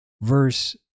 verse